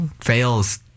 fails